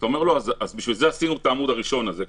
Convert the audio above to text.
אז בשביל זה עשינו את העמוד הראשון הזה.